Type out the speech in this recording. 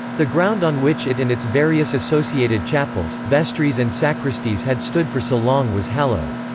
the ground on which it and its various associated chapels, vestries and sacristies had stood for so long was hallowed.